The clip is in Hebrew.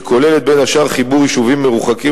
שכוללת בין השאר חיבור יישובים מרוחקים